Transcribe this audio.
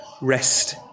Rest